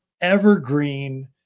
evergreen